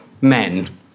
men